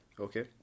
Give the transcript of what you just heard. Okay